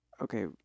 okay